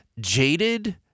jaded